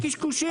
זה קשקושים.